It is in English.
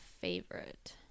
favorite